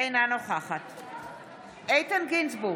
אינה נוכחת איתן גינזבורג,